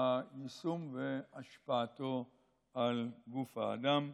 יישום השפעתו על גוף האדם.